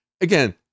Again